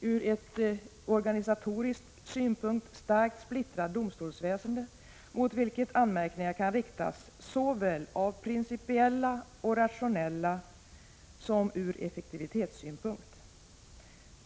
dag ett ur organisatorisk synpunkt starkt splittrat domstolsväsende mot vilket anmärkningar kan riktas såväl av principiella och rationella skäl som ur effektivitetssynpunkt.